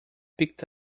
picked